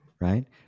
Right